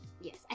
Yes